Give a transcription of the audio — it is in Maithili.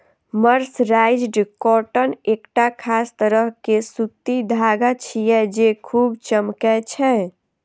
मर्सराइज्ड कॉटन एकटा खास तरह के सूती धागा छियै, जे खूब चमकै छै